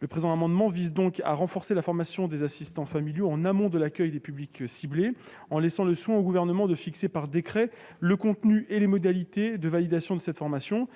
Le présent amendement vise donc à renforcer la formation des assistants familiaux en amont de l'accueil des publics ciblés, en laissant le soin au Gouvernement de fixer par décret le contenu et les modalités de validation de cette formation.